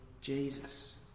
Jesus